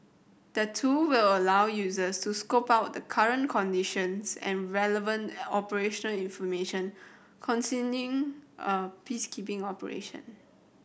the tool will allow users to scope out the current conditions and relevant operation information concerning a peacekeeping operation